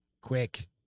Quick